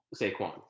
Saquon